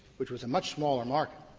which was a much smaller market,